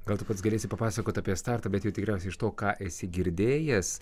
gal tu pats galėsi papasakot apie startą bet jau tikriausiai iš to ką esi girdėjęs